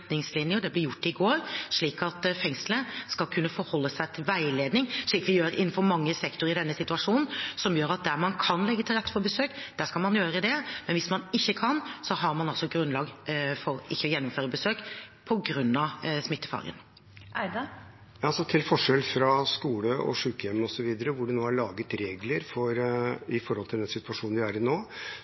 Det ble gjort i går, slik at fengslene skal kunne forholde seg til veiledning – slik vi gjør innenfor mange sektorer i denne situasjonen – som gjør at der man kan legge til rette for besøk, skal man gjøre det. Men hvis man ikke kan, har man grunnlag for å ikke gjennomføre besøk, på grunn av smittefaren. Til forskjell fra skoler og sykehjem osv., hvor det nå er laget regler med tanke på den situasjonen vi er i nå,